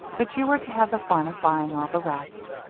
but you are to have the fun of buying all the rest.